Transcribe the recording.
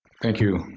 thank you,